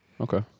Okay